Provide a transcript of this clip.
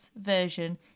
version